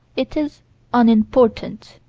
it is unimportant.